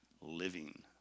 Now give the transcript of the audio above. living